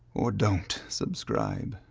or don't subscribe.